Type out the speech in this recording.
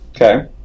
Okay